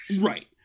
Right